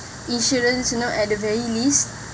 insurance you know at the very least